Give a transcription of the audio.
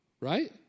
right